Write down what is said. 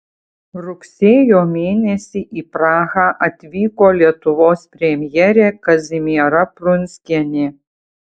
rugsėjo mėnesį į prahą atvyko lietuvos premjerė kazimiera prunskienė